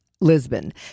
Lisbon